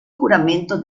juramento